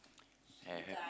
and have